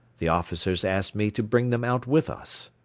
the officers asked me to bring them out with us.